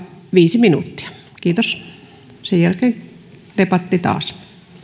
viisi minuuttia kiitos sen jälkeen debatti taas